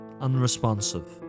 unresponsive